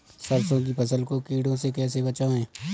सरसों की फसल को कीड़ों से कैसे बचाएँ?